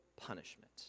punishment